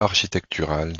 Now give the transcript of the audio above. architecturales